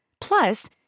Plus